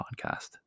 podcast